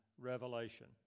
revelation